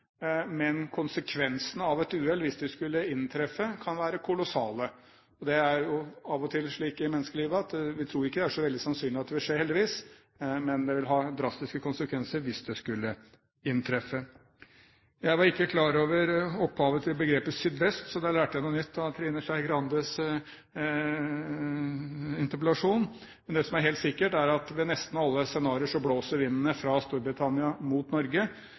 men konsekvensene av et uhell, hvis det skulle inntreffe, er kolossale. Det er av og til slik i menneskelivet at du tror ikke at det er så veldig sannsynlig at det vil skje, heldigvis, men det vil ha drastiske konsekvenser hvis det skulle inntreffe. Jeg var ikke klar over opphavet til begrepet «sydvest», så der lærte jeg noe nytt av Trine Skei Grandes interpellasjon. Det som er helt sikkert, er at ved nesten alle scenarioer blåser vindene fra Storbritannia mot Norge.